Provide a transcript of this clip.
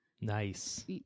Nice